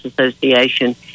Association